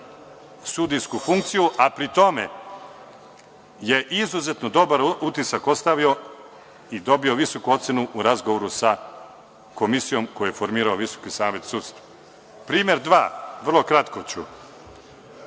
sudijsku funkciju, a pri tome je izuzetno dobar utisak ostavio o dobio visoku ocenu u razgovoru sa komisijom koju je formirao VSS.Primer dva, kratko ću,